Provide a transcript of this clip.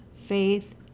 faith